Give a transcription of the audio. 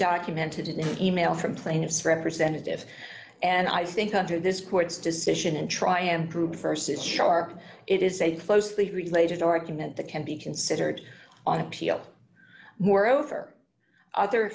documented in an email from plaintiff's representative and i think under this court's decision and try improve versus shark it is a closely related argument that can be considered on appeal moreover other